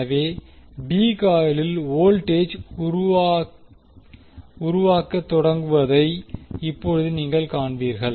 எனவே பி காயிலில் வோல்டேஜ் உருவாக்கத் தொடங்குவதை இப்போது நீங்கள் காண்பீர்கள்